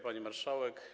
Pani Marszałek!